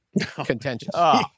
contentious